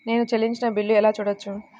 నేను చెల్లించిన బిల్లు ఎలా చూడవచ్చు?